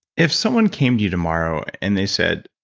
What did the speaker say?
if someone came to you tomorrow and they said,